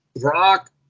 Brock